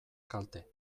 kalte